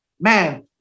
man